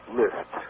list